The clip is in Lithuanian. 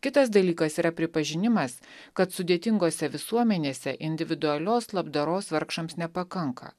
kitas dalykas yra pripažinimas kad sudėtingose visuomenėse individualios labdaros vargšams nepakanka